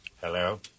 Hello